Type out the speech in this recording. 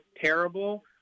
terrible